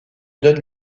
donne